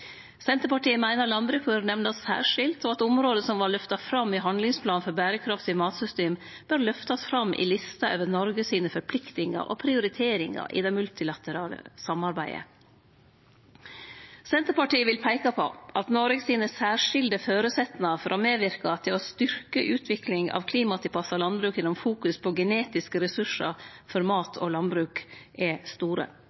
Senterpartiet meiner landbruket bør nemnast særskilt, og at områda som er lyfta fram i handlingsplanen for berekraftige matsystem, bør lyftast fram i lista over Noreg sine forpliktingar og prioriteringar i det multilaterale samarbeidet. Senterpartiet vil peike på at Noreg sine særskilde føresetnader for å medverke til å styrkje ei utvikling av klimatilpassa landbruk gjennom å fokusere på genetiske ressursar for